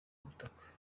ubutaka